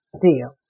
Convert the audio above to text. deal